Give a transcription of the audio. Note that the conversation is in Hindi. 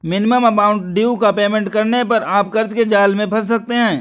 मिनिमम अमाउंट ड्यू का पेमेंट करने पर आप कर्ज के जाल में फंस सकते हैं